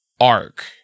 arc